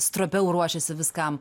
stropiau ruošiasi viskam